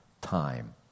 time